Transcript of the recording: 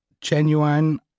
genuine